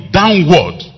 downward